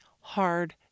hard